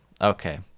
Okay